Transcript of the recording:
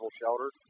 shelter